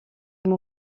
mon